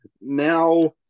now